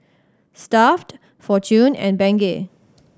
Stuff'd Fortune and Bengay